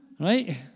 Right